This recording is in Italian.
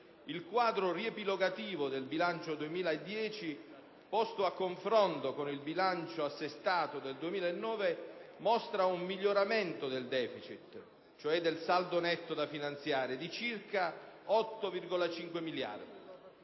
il quadro riepilogativo del bilancio 2010, posto a confronto con il bilancio assestato del 2009, mostra un miglioramento del*deficit* (saldo netto da finanziare) di circa 8,5 miliardi.